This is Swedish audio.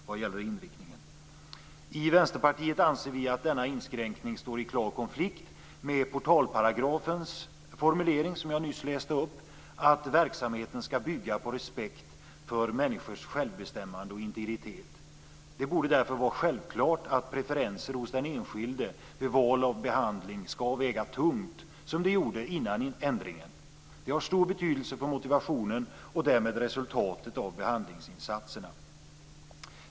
Vi i Vänsterpartiet anser att denna inskränkning står i klar konflikt med portalparagrafens formulering att verksamheten skall bygga på respekt för människors självbestämmande och integritet. Därför borde det vara självklart att preferenser hos den enskilde vid val av behandling skall väga tungt, som det gjorde innan ändringen. Det har stor betydelse för motivationen och därmed resultatet av behandlingsinsatserna.